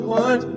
one